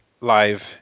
live